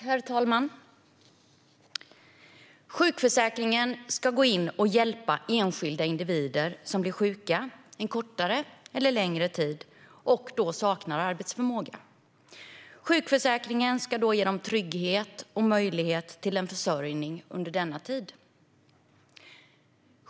Herr talman! Sjukförsäkringen ska gå in och hjälpa enskilda individer som blir sjuka, en kortare eller längre tid, och saknar arbetsförmåga. Sjukförsäkringen ska då ge dem trygghet och en möjlighet till försörjning under denna tid.